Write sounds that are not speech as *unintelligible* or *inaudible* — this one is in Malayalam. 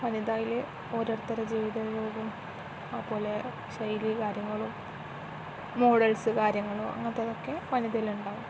വനിതയിൽ ഓരോരുത്തരുടെ ജീവിതം *unintelligible* അതേപോലെ ശൈലി കാര്യങ്ങളും മോഡൽസ് കാര്യങ്ങൾ അങ്ങനത്തതൊക്കെ വനിതയിൽ ഉണ്ടാവും